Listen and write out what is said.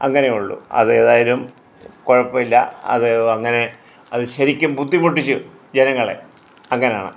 അങ്ങനെ ഉള്ളു അത് ഏതായാലും കുഴപ്പമില്ല അത് അങ്ങനെ അത് ശരിക്കും ബുദ്ധിമുട്ടിച്ചു ജനങ്ങളെ അങ്ങനാണ്